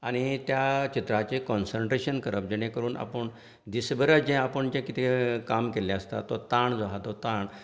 आनी त्या चित्रांचेर कोंन्स्ट्रेशन करप जेणे करून आपूण दिस भरांत जे आपूण जे कितें काम केल्लें आसता तो ताण जो आसा तो ताण